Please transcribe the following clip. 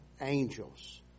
angels